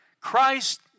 Christ